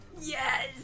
Yes